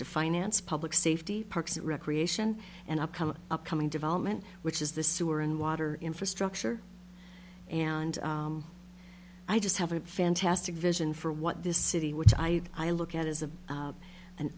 to finance public safety parks and recreation and upcoming upcoming development which is the sewer and water infrastructure and i just have a fantastic vision for what this city which i i look at is a